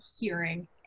hearing